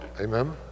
amen